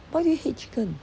why do you hate chicken